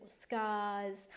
scars